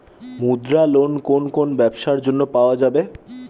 মুদ্রা লোন কোন কোন ব্যবসার জন্য পাওয়া যাবে?